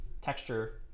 texture